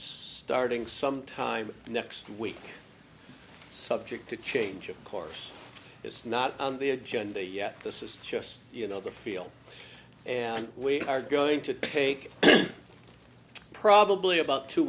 starting sometime next week subject to change of course it's not on the agenda yet this is just you know the feel and we are going to take probably about two